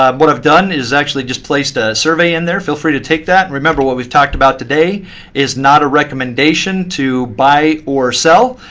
um what i've done is actually just placed a survey in there. feel free to take that. and remember, what we've talked about today is not a recommendation to buy or sell.